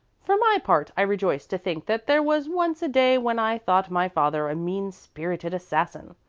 for my part, i rejoice to think that there was once a day when i thought my father a mean-spirited assassin,